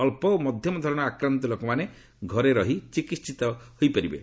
ଅଳ୍ପ ଓ ମଧ୍ୟମ ଧରଣର ଆକ୍ରାନ୍ତ ଲୋକମାନେ ଘରେ ରହି ଚିକିହିତ ହୋଇପାରିବେ